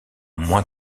moins